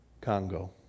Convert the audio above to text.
Congo